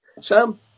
Sam